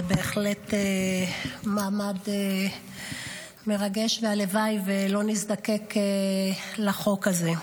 זה בהחלט מעמד מרגש והלוואי ולא נזדקק לחוק הזה.